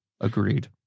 Agreed